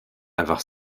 einfach